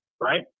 Right